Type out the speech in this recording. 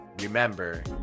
remember